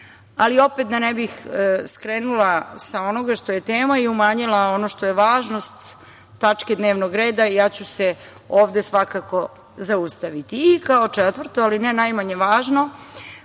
opet, da ne bih skrenula sa onoga što je tema i umanjila ono što je važnost tačke dnevnog reda, ja ću se ovde svakako zaustaviti.I kao četvrto, ali ne i najmanje važno